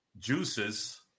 Juices